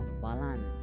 Balan